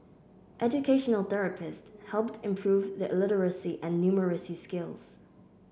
educational therapists helped improve their literacy and numeracy skills